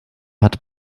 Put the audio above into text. hat